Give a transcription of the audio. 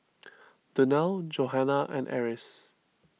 Donnell Johanna and Eris